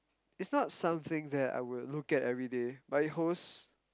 is not something that I would look at everyday but it holds